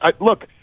look